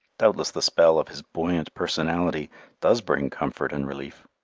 doubtless the spell of his buoyant personality does bring comfort and relief.